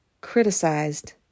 criticized